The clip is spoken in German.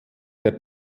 der